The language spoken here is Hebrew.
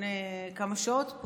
לפני כמה שעות,